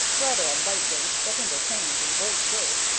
rather a light-weight, but entertains in great shape.